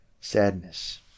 sadness